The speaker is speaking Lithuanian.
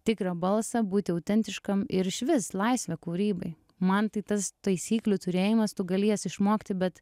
tikrą balsą būti autentiškam ir išvis laisvė kūrybai man tai tas taisyklių turėjimas tu gali jas išmokti bet